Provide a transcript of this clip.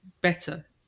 better